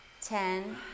ten